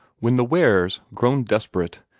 when the wares, grown desperate,